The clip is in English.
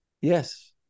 yes